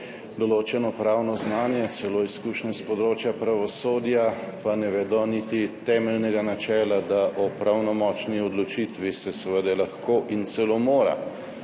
določeno pravno znanje, celo izkušnje s področja pravosodja, pa ne vedo niti temeljnega načela, da se o pravnomočni odločitvi seveda lahko in celo mora